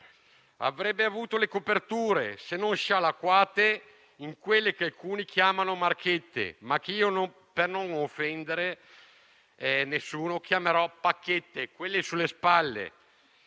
Avrebbe avuto le coperture, se non fossero state scialacquate in quelle che alcuni chiamano marchette, ma che io, per non offendere nessuno, chiamerò "pacchette", quelle sulle spalle.